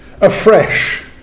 afresh